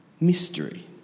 mystery